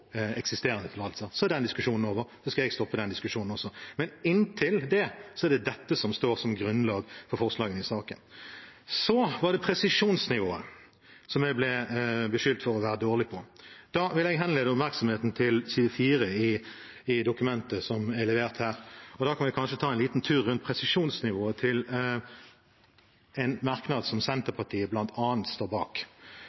eksisterende tillatelser, så er den diskusjonen over, og da skal jeg stoppe den diskusjonen også. Men inntil det skjer, er det dette som står som grunnlag for forslagene i saken. Så ble jeg beskyldt for å være dårlig på presisjonsnivået. Da vil jeg henlede oppmerksomheten til side 4 i dokumentet som er innlevert, og da kan vi kanskje ta en liten tur rundt presisjonsnivået i en merknad som